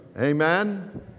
Amen